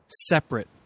separate